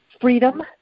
freedom